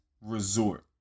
resort